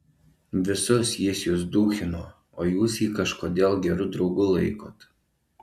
visus jis jus duchino o jūs jį kažkodėl geru draugu laikot